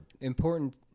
important